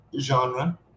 genre